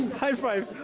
hi five!